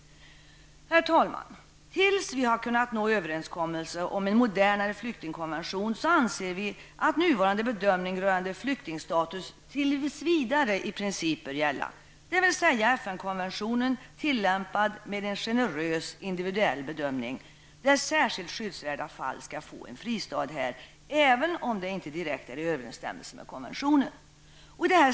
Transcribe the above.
Herr talman! Tills en överenskommelse har kunnat nås om en modernare flyktingkonvention anser vi att nuvarande bedömning rörande flyktingstatus till vidare i princip bör gälla, dvs. FN-konventionen tillämpad med en generös, individuell bedömning, där särskilt skyddsvärda fall skall få en fristad här, även om det inte direkt är i överensstämmelse med konventionen.